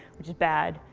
which is bad.